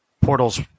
portals